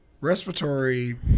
respiratory